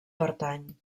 pertany